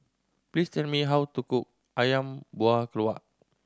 please tell me how to cook Ayam Buah Keluak